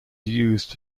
used